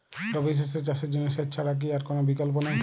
রবি শস্য চাষের জন্য সেচ ছাড়া কি আর কোন বিকল্প নেই?